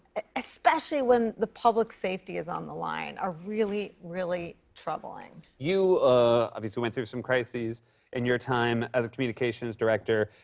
especially when the public safety is on the line, are really, really troubling. you obviously went through some crises in your time as a communications director.